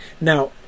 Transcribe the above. Now